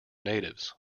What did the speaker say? natives